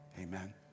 Amen